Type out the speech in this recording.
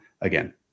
Again